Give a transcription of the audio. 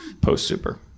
Post-super